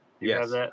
Yes